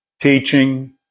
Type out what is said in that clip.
teaching